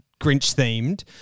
Grinch-themed